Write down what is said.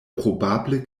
probable